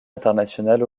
international